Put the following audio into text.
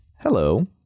hello